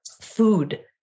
food